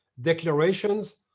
declarations